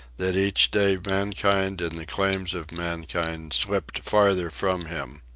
that each day mankind and the claims of mankind slipped farther from him.